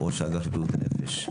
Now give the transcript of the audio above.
ראש אגף בריאות הנפש,